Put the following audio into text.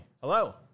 Hello